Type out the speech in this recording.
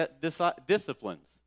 disciplines